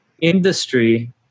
industry